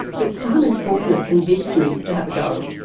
but simon faulkner convinced me to have a go.